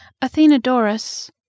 Athenodorus